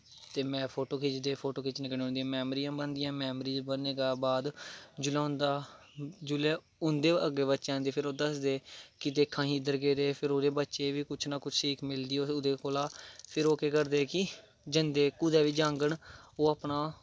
ते फोटो खिच्चदे फोटो खिच्चने कन्नै उं'दियां मैमरियां बनदियां मैमरियां बनने दे बाद जिसलै उं'दा जिसलै उं'दे अग्गें बच्चे आंदे फिर ओह् दसदे कि दिक्ख अस इद्धर गेदे हे फिर ओह्दे बच्चे बी कुछ नां कुछ सिक्ख मिलदी ओह्दे कोला दा फिर ओह् केह् करदे कि जंदे ओह् कुसै बी जाङन